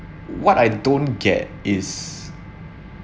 what I don't get is